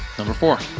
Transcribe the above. number four,